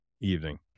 evening